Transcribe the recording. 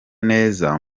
neza